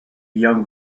young